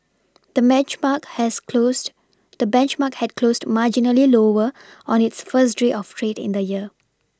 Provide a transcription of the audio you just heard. the match mark has closed the benchmark had closed marginally lower on its first trade of trade in the year